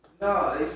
No